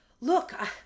look